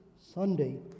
Sunday